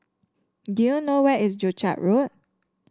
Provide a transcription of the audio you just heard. do you know where is Joo Chiat Road